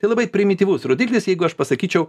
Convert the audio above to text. tai labai primityvus rodiklis jeigu aš pasakyčiau